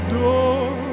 door